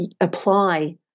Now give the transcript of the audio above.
apply